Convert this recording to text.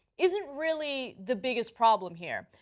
isn't really the biggest problem here.